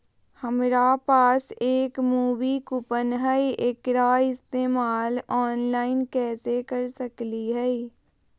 हमरा पास एक मूवी कूपन हई, एकरा इस्तेमाल ऑनलाइन कैसे कर सकली हई?